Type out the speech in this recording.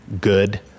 good